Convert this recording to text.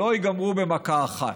לא ייגמרו במכה אחת.